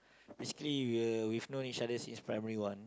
basically we uh we've known each other since Primary one